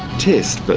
test. but